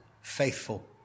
faithful